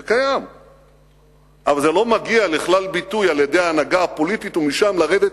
אבל זה לא מגיע לכלל ביטוי על-ידי ההנהגה הפוליטית ומשם לרדת